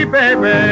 baby